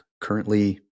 currently